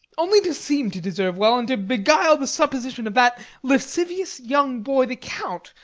only to seem to deserve well, and to beguile the supposition of that lascivious young boy the count,